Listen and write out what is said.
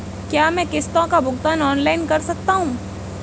क्या मैं किश्तों का भुगतान ऑनलाइन कर सकता हूँ?